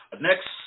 Next